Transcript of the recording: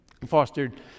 fostered